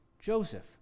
Joseph